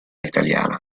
italiana